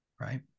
right